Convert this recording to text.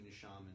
shaman